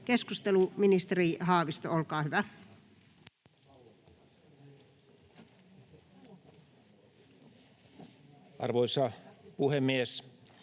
Keskustelu, ministeri Haavisto, olkaa hyvä. Arvoisa puhemies!